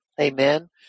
Amen